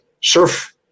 surf